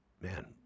man